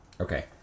okay